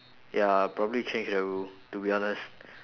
ya I'll probably change that rule to be honest